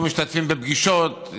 לא משתתפים בפגישות.